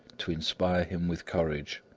to inspire him with courage.